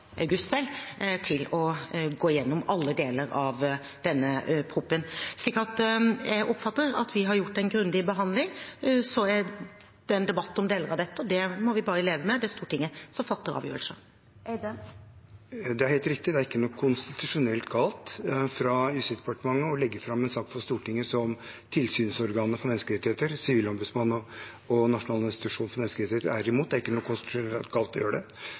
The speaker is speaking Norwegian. til å gå igjennom alle deler av denne proposisjonen. Jeg oppfatter at vi har gjort en grundig behandling. Så er det en debatt om deler av dette, og det må vi bare leve med. Det er Stortinget som fatter avgjørelser. Det er helt riktig, det er ikke noe konstitusjonelt galt av Justisdepartementet å legge fram for Stortinget en sak som tilsynsorganene for menneskerettigheter, Sivilombudsmannen og Norges institusjon for menneskerettigheter, er imot. Det er ikke noe konstitusjonelt galt i å gjøre det,